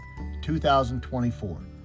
2024